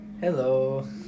Hello